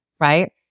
right